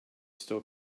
still